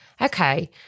Okay